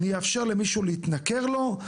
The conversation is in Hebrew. אני אאפשר למישהו להתנכר לו,